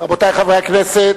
חברי הכנסת,